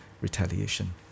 retaliation